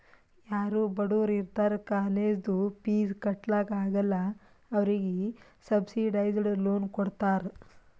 ಯಾರೂ ಬಡುರ್ ಇರ್ತಾರ ಕಾಲೇಜ್ದು ಫೀಸ್ ಕಟ್ಲಾಕ್ ಆಗಲ್ಲ ಅವ್ರಿಗೆ ಸಬ್ಸಿಡೈಸ್ಡ್ ಲೋನ್ ಕೊಡ್ತಾರ್